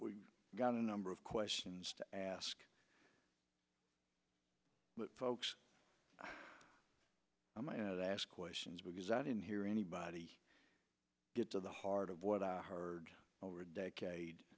we've got a number of questions to ask folks i ask questions because i didn't hear anybody get to the heart of what i heard over decade